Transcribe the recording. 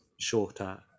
shorter